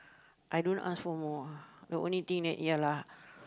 I don't ask for more ah the only thing that ya lah